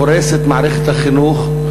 הורס את מערכת החינוך,